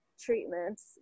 treatments